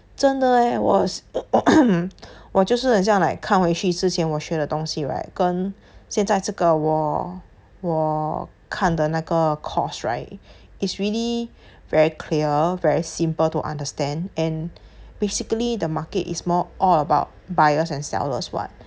真的我 was 我就是很像 like 看回去之前我学的东西 right 跟现在这个我我看的那个 course right is really very clear very simple to understand and basically the market is more all about buyers and sellers [one]